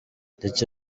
ndetse